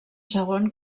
segon